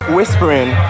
Whispering